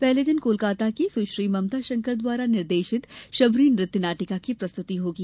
पहले दिन कोलकाता की सुश्री ममता शंकर द्वारा निर्देशित शबरी नृत्य नाटिका की प्रस्तुति होगी